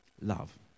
love